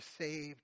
saved